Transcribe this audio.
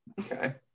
Okay